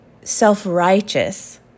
self-righteous